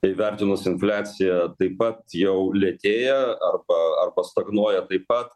įvertinus infliaciją taip pat jau lėtėja arba arba stagnuoja taip pat